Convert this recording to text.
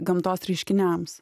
gamtos reiškiniams